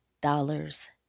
dollars